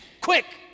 Quick